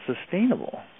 sustainable